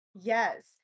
yes